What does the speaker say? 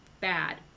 bad